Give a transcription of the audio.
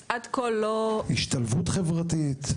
השתלבות חברתית?